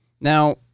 Now